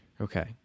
Okay